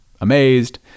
amazed